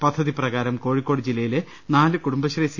പദ്ധതി പ്രകാരം കോഴിക്കോട് ജില്ലയിലെ നാല് കുടുംബശ്രീ സി